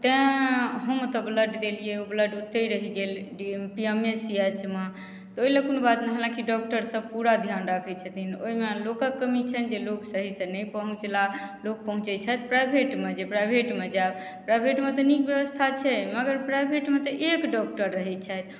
तैँ हम ओतो ब्लड देलियै ओ ब्लड ओत्तै रहि गेल डी एम सी एच मे तऽ ओहिले कोनो बात नहि हाँलाकि डॉक्टर सभ पूरा ध्यान राखै छथिन ओहिमे लोकक कमी छनि जे लोक सही से नहि पहुँचलाह लोक पहुँचे छथि प्राइभेटमे जे प्राइभेटमे जायब प्राइभेटमे तऽ नीक व्यवस्था छै मगर प्राइभेटमे तऽ एक डॉक्टर रहै छथि